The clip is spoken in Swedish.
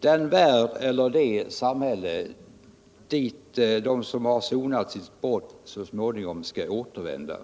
Den värld eller det samhälle, dit de som sonat sitt brott så småningom skall återvända,